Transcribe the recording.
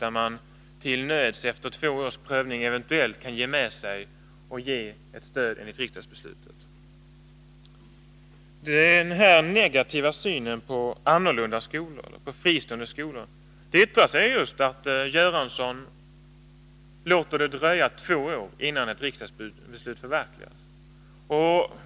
Man kan till nöds efter två års prövning eventuellt ge med sig och ge dem ett stöd enligt riksdagsbeslutet. Den här negativa synen på annorlunda skolor och fristående skolor visar sig i att statsrådet Göransson låter det dröja två år innan ett riksdagsbeslut förverkligas.